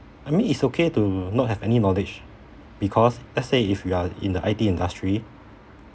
I mean it's okay to not have any knowledge because let's say if you are in the I_T industry